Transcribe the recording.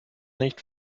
nicht